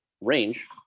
range